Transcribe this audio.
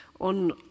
on